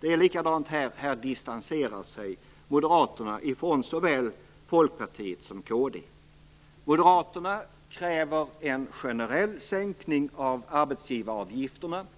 det är likadant här - moderaterna distanserar sig från såväl Folkpartiet som kd. Moderaterna kräver en generell sänkning av arbetsgivaravgifterna.